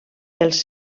pels